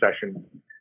session